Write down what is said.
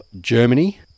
Germany